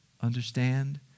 understand